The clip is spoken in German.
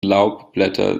laubblätter